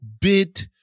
bit